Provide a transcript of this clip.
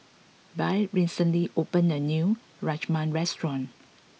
Byrd recently opened a new Rajma restaurant